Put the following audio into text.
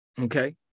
Okay